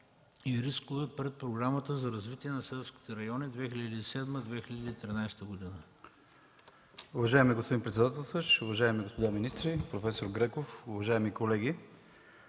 и рискове пред Програмата за развитие на селските райони 2007-2013 г.